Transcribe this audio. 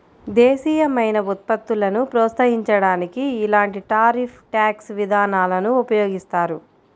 దేశీయమైన ఉత్పత్తులను ప్రోత్సహించడానికి ఇలాంటి టారిఫ్ ట్యాక్స్ విధానాలను ఉపయోగిస్తారు